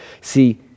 See